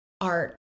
art